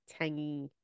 tangy